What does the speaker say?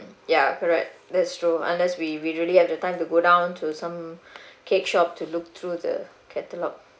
ya correct that's true unless we we really have the time to go down to some cake shop to look through the catalog